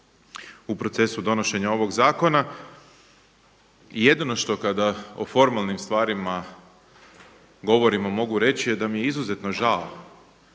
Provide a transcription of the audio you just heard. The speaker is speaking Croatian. u procesu donošenja ovog zakona. Jedino što kada o formalnim stvarima govorimo mogu reći da mi je izuzetno žao